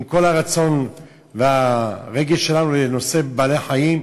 עם כל הרצון והרגש שלנו לנושא בעלי-חיים,